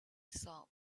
saw